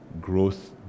growth